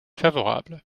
favorable